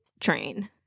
train